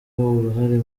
uruhare